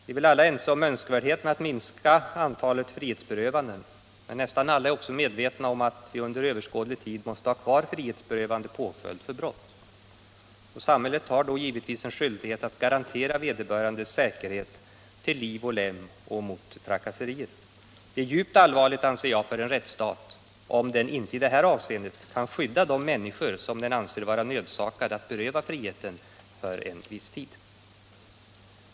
” Vi är väl alla överens om önskvärdheten av att minska antalet frihetsberövanden, men nästan alla är också medvetna om att vi under överskådlig tid måste ha kvar frihetsberövande som påföljd för brott. Samhället har då givetvis skyldighet att garantera vederbörandes säkerhet till liv och lem och mot trakasserier. Det är djupt allvarligt för en rättsstat om den inte kan skydda de människor som den anser sig nödsakad att beröva friheten för en viss tid.